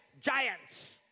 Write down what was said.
giants